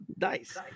Nice